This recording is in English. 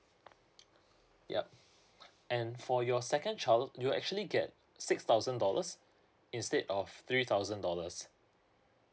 yup and for your second child you will actually get six thousand dollars instead of three thousand dollars